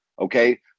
okay